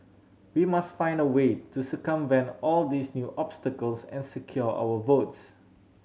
we must find a way to circumvent all these new obstacles and secure our votes